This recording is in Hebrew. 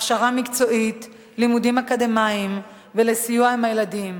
הכשרה מקצועית, לימודים אקדמיים וסיוע עם הילדים,